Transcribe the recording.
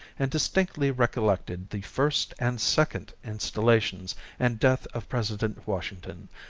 and distinctly recollected the first and second installations and death of president washington,